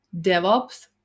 DevOps